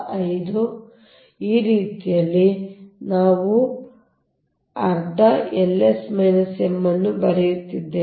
ಸರಿ ಈ ರೀತಿಯಲ್ಲಿ ನಾವು ಅರ್ಧ Ls M ಅನ್ನು ಬರೆಯುತ್ತಿದ್ದೇವೆ